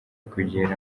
kugera